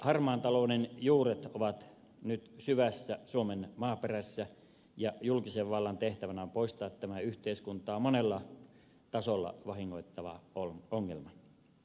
harmaan talouden juuret ovat nyt syvällä suomen maaperässä ja julkisen vallan tehtävänä on poistaa tämä yhteiskuntaa monella tasolla vahingoittava ongelma